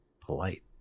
polite